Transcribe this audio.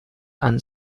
and